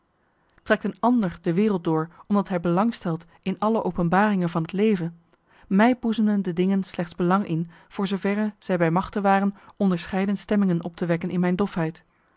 trekt een ander de wereld door omdat hij belangstelt in alle openbaringen van het leven mij boezemden de dingen slechts belang in voor zooverre zij bij machte waren onderscheiden stemmingen op te wekken in mijn